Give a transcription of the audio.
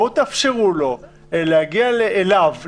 בואו ותאפשרו לו להגיע אליו,